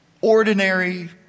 ordinary